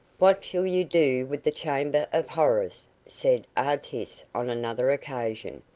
what shall you do with the chamber of horrors? said artis, on another occasion.